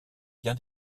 bien